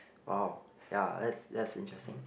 !wow! ya that's that's interesting